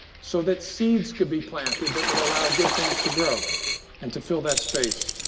so that seeds could be planted that would allow good things to grow and to fill that space.